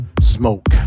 smoke